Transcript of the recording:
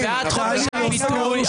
אתם בעד חופש הביטוי,